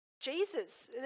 Jesus